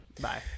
bye